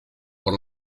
por